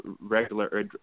regular